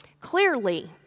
Clearly